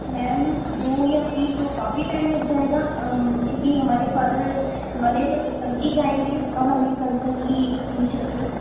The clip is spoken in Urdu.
میم دو یا تین تو کافی ٹائم لگ جائے گا کیونکہ ہمارے فادر ہمارے جو ہے کل ہی جائیں گے اور ہمیں کل تک ہی چاہیے